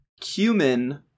cumin